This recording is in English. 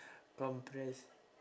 compressed